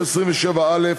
27(א),